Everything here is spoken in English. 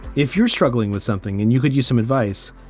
if you're struggling with something and you could use some advice.